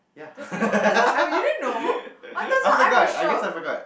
yeah I forgot I guess I forgot